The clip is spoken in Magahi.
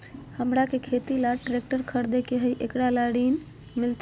हमरा के खेती ला ट्रैक्टर खरीदे के हई, एकरा ला ऋण मिलतई?